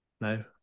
No